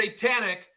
satanic